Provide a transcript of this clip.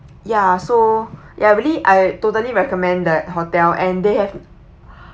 ya so ya really I totally recommend the hotel and they have